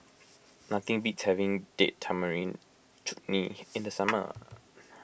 nothing beats having Date Tamarind Chutney in the summer